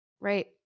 right